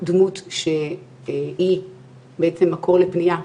דמות שהיא מקור לפנייה,